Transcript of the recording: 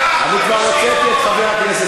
אני כבר הוצאתי את חבר הכנסת